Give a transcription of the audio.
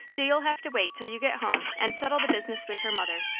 so you'll have to wait till you get home and settle the business with her mother.